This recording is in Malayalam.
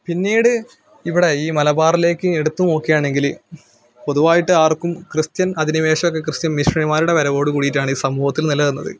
പിന്നീട് ഇവിടെ ഈ മലബാറിലേക്ക് എടുത്ത് നോക്കിയാണെങ്കിൽ പൊതുവായിട്ട് ആര്ക്കും ക്രിസ്ത്യന് അധിനിവേശം ഒക്കെ ക്രിസ്ത്യന് മിഷണറിമാരുടെ വരവോട് കൂടിയിട്ടാണ് ഈ സമൂഹത്തിൽ നിലനിന്നത്